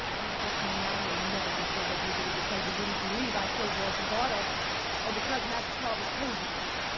you book me now, you'll never be sure whether you did it because you really believe i killed walter bard ah or because max calvert told you to.